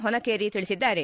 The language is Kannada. ಹೊನಕೇರಿ ತಿಳಿಸಿದ್ದಾರೆ